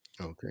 okay